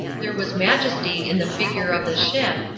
there was majesty in the figure of the ship,